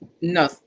No